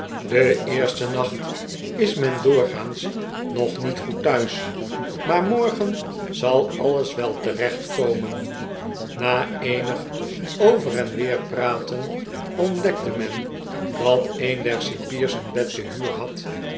den eersten nacht is men doorgaans nog niet goed thuis maar morgen zal alles wel terecht komen na eenig over en weer praten ontdekte men dat een der cipiers een bed te huur had